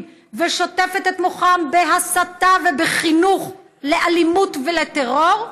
ושוטפת את מוחם בהסתה ובחינוך לאלימות ולטרור,